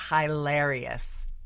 hilarious